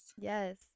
Yes